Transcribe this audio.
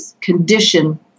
condition